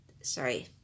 sorry